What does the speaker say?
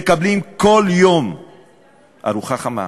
מקבלים בכל יום ארוחה חמה.